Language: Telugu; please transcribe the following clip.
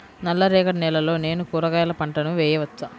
నల్ల రేగడి నేలలో నేను కూరగాయల పంటను వేయచ్చా?